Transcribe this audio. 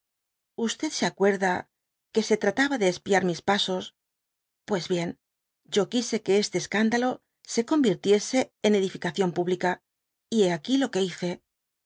se acuerda que se trataba de eit iar mis pasos pues bien yo quise que este escándalo se convirtiese en edificación pública y hé aquí lo que hice